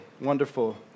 Wonderful